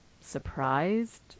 surprised